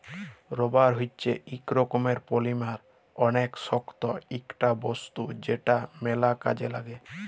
rubber হচ্যে ইক রকমের পলিমার অলেক শক্ত ইকটা বস্তু যেটা ম্যাল কাজে লাগ্যে